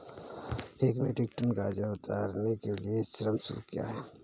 एक metric ton गाजर उतारने के लिए श्रम शुल्क क्या है?